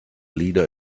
leader